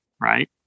right